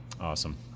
Awesome